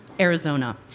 Arizona